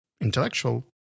intellectual